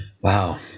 Wow